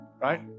right